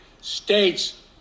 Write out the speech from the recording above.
States